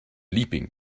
leaping